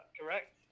correct